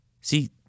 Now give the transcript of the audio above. See